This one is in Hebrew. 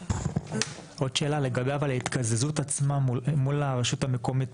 עוד שאלה אבל לגבי ההתקזזות עצמה מול הרשות המקומית.